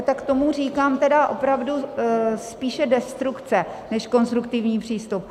Tak tomu tedy říkám opravdu spíše destrukce než konstruktivní přístup.